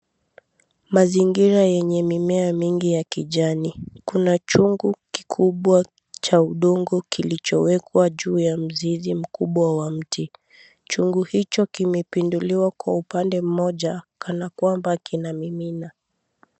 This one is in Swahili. Mazingira yenye mimea mingi ya kijani, kuna chungu kikubwa cha udongo kilichowekwa juu ya mizizi mkubwa wa mti chungu hicho kimepinduliwa kando na pande moja kana kwamba kina mimina.